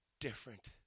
different